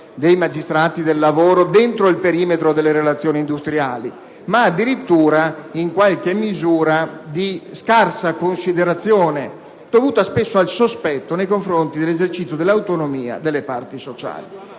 dei magistrati del lavoro nel perimetro delle relazioni industriali ma addirittura, in qualche misura, di una scarsa considerazione, dovuta spesso al sospetto nei confronti dell'esercizio dell'autonomia delle parti sociali.